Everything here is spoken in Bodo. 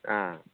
अ